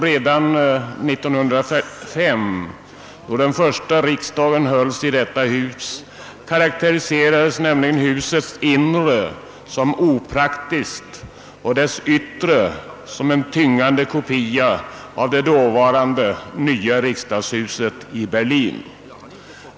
Redan 1905, då den första riksdagen hölls i detta hus, karakteriserades nämligen husets inre som opraktiskt och dess yttre som en tyngande kopia av det dåvarande nya riksdagshuset i Berlin.